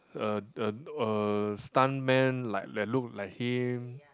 a a a stuntman like that look like him